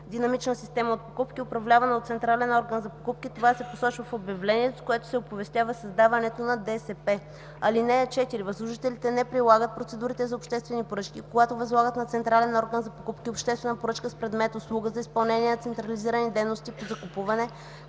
да използват ДСП, управлявана от централен орган за покупки, това се посочва в обявлението, с което се оповестява създаването на ДСП. (4) Възложителите не прилагат процедурите за обществени поръчки, когато възлагат на централен орган за покупки обществена поръчка с предмет услуга за изпълнение на централизирани дейности по закупуване,